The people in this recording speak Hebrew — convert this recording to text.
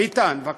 ביטן, בבקשה.